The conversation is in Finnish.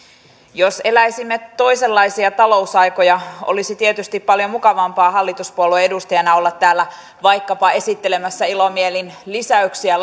jos eläisimme toisenlaisia talousaikoja olisi tietysti paljon mukavampaa hallituspuolueen edustajana olla täällä vaikkapa esittelemässä ilomielin lisäyksiä